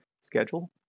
schedule